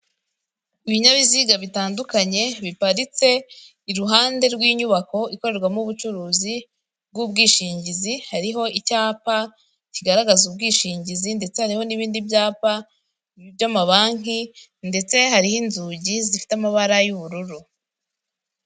Ibinyabiziga bitandukanye, biparitse iruhande rw'inyubako ikorerwamo ubucuruzi bw'ubwishingizi, hariho icyapa kigaragaza ubwishingizi, ndetse hari n'ibindi byapa by'amabanki, ndetse hariho n'inzugi zifite amabara y'ubururu.